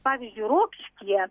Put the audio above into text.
pavyzdžiui rokiškyje